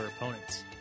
opponents